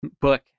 book